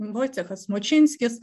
vojcechas smočinskis